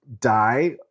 die